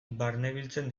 barnebiltzen